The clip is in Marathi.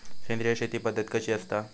सेंद्रिय शेती पद्धत कशी असता?